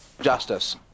justice